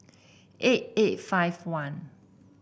eight eight five one